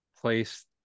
place